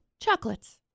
chocolates